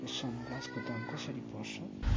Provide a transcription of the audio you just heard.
यो सनग्लासको दाम कसरी पर्छ